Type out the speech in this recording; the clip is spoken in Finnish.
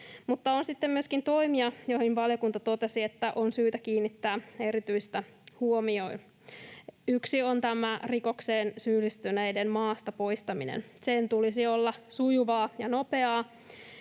myöskin toimia, joista valiokunta totesi, että niihin on syytä kiinnittää erityistä huomiota. Yksi on tämä rikokseen syyllistyneiden maasta poistaminen. Sen tulisi olla sujuvaa ja nopeaa,